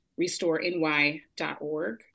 RestoreNY.org